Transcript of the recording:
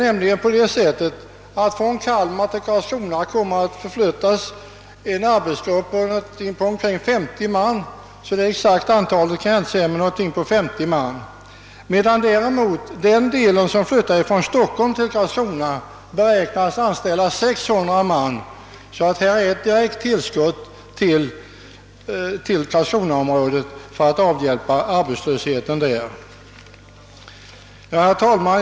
Från Kalmar till Karlskrona kommer nämligen att förflyttas en arbetsgrupp på cirka 50 man, medan den del av företaget som flyttar från Stockholm till Karlskrona beräknas anställa 600 man. Det är alltså ett direkt tillskott för att avhjälpa arbetslösheten i karlskronaområdet. Herr talman!